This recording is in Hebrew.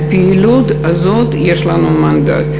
לפעילות הזאת יש לנו מנדט,